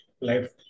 life